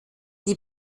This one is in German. die